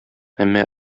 әмма